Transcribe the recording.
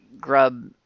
Grub